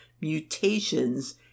mutations